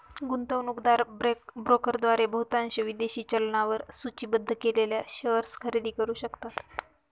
गुंतवणूकदार ब्रोकरद्वारे बहुतांश विदेशी चलनांवर सूचीबद्ध केलेले शेअर्स खरेदी करू शकतात